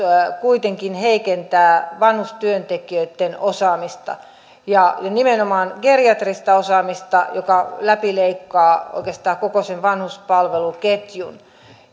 kuitenkin heikentää vanhustyöntekijöitten osaamista ja nimenomaan geriatrista osaamista joka läpileikkaa oikeastaan koko sen vanhuspalveluketjun